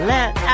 Let